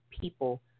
people